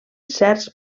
certs